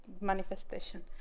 manifestation